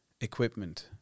equipment